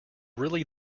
really